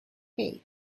faith